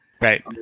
Right